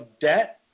debt